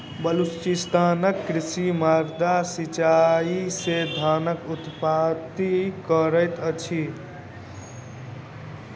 बलुचिस्तानक कृषक माद्दा सिचाई से धानक उत्पत्ति करैत अछि